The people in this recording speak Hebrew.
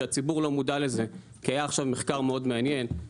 שהציבור לא מודע לזה כי היה עכשיו מחקר מאוד מעניין,